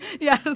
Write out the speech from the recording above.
Yes